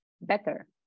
better